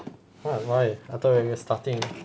what why I thought we are starting